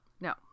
no